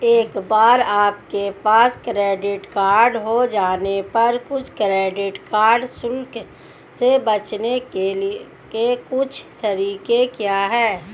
एक बार आपके पास क्रेडिट कार्ड हो जाने पर कुछ क्रेडिट कार्ड शुल्क से बचने के कुछ तरीके क्या हैं?